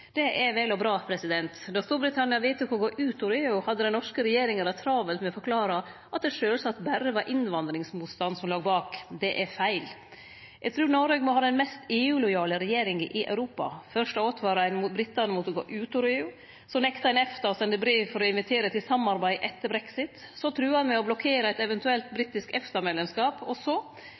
Det er vel og bra. Då Storbritannia vedtok å gå ut or EU, hadde den norske regjeringa det travelt med å forklare at det sjølvsagt berre var innvandringsmotstand som låg bak. Det er feil. Eg trur Noreg må ha den mest EU-lojale regjeringa i Europa. Fyrst åtvara ein britane mot å gå ut or EU. Så nekta ein EFTA å sende brev for å invitere til samarbeid etter brexit. Så trua ein med å blokkere eit eventuelt britisk EFTA-medlemskap, og så